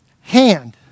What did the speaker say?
Hand